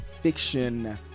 fiction